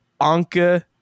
Anka